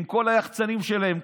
עם כל היחצנים שלהם,